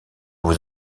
vous